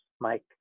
Mike